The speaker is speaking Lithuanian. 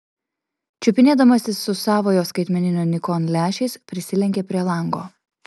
čiupinėdamasis su savojo skaitmeninio nikon lęšiais prisilenkė prie lango